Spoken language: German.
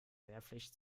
wehrpflicht